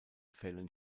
fällen